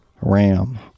RAM